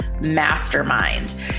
mastermind